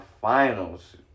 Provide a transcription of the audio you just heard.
finals